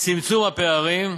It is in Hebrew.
צמצום הפערים,